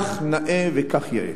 כך נאה וכך יאה.